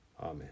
Amen